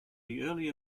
early